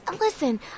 Listen